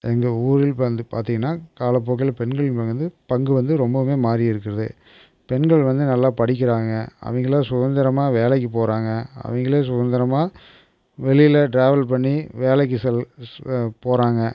எங்கள் ஊரில் வந்து பார்த்திங்கன்னா காலப்போக்கில் பெண்கள் வந்து பங்கு வந்து ரொம்பவுமே மாறி இருக்குது பெண்கள் வந்து நல்லா படிக்கிறாங்க அவங்களாம் சுதந்திரமா வேலைக்கு போகிறாங்க அவங்களே சுதந்திரமா வெளியில் ட்ராவல் பண்ணி வேலைக்கு செல் போகிறாங்க